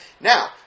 Now